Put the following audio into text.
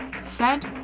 fed